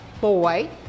boy